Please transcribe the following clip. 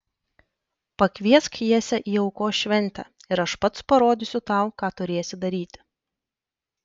pakviesk jesę į aukos šventę ir aš pats parodysiu tau ką turėsi daryti